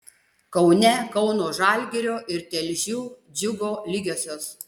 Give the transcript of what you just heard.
kaune kauno žalgirio ir telšių džiugo lygiosios